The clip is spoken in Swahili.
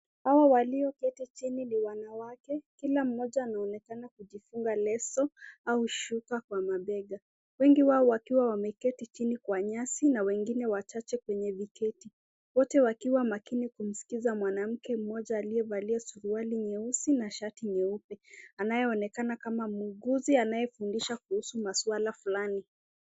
Hawa walio keti chini ni wanawake, kila mmoja anaonekana akiji funga leso au shuka kwa mabega, wengi wao wakiwa wame keti chini kwa nyasi na wengine wachache kwenye viketi, wote wakiwa makini kumskiza mwanamke mmoja alie valia suruali nyeusi na shati nyeupe, anye onekana kama muuguzi anaye fundisha kuhusu maswala flani.